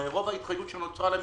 הרי רוב ההתחייבות שנוצרה להם